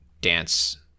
dance